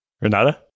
Renata